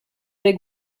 big